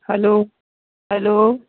hello hello